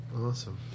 Awesome